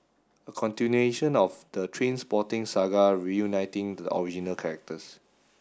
a continuation of the Trainspotting saga reuniting the original characters